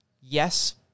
yes